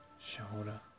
shoulder